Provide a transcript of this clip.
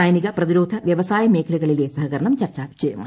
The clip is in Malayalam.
സൈനിക പ്രതിരോധ വ്യവസായ മേഖലകളിലെ സഹകരണം ചർച്ചാ വിഷയമായി